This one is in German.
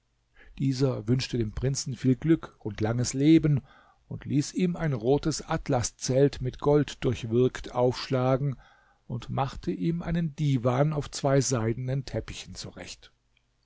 dieser wünschte dem prinzen viel glück und langes leben und ließ ihm ein rotes atlaszelt mit gold durchwirkt aufschlagen und machte ihm einen divan auf zwei seidenen teppichen zurecht